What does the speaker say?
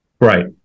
right